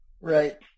Right